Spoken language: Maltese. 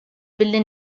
billi